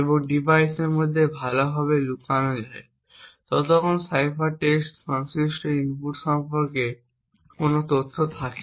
এবং ডিভাইসের মধ্যে ভালভাবে লুকানো থাকে